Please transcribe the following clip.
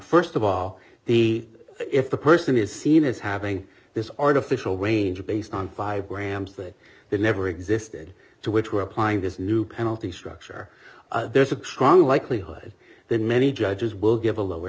end st of all the if the person is seen as having this artificial range based on five grams that they never existed to which were applying this new penalty structure there's a strong likelihood that many judges will give a lower